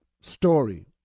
story